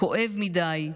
כואב מדי.